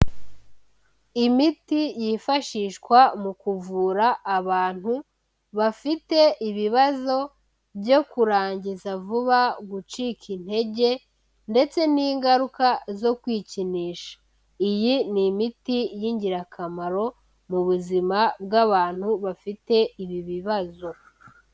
Imiti yifashishwa mu kuvura abantu bafite ibibazo byo kurangiza vuba, gucika intege ndetse n'ingaruka zo kwikinisha, iyi ni imiti y'ingirakamaro mu buzima bw'abantu bafite ibi bibazo.